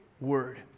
word